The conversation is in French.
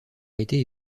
été